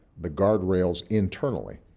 the guard rails internally.